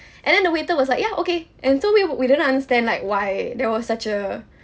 and then the waiter was like yeah okay and so we we didn't understand like why there was such a